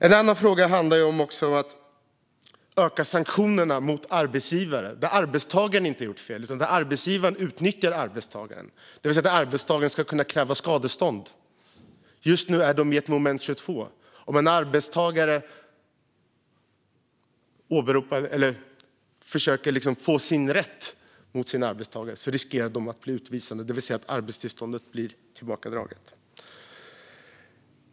Ett initiativ handlar om att öka sanktionerna mot arbetsgivare om arbetstagaren inte har gjort fel utan arbetsgivaren utnyttjar arbetstagaren, det vill säga att arbetstagarna ska kunna kräva skadestånd. Just nu är de i ett moment 22. Om arbetstagare försöker få rätt mot sina arbetsgivare riskerar de att bli utvisade, det vill säga att arbetstillståndet blir tillbakadraget.